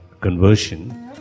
conversion